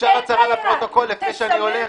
אפשר הצהרה לפרוטוקול לפני שאני הולך?